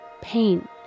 pain